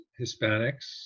Hispanics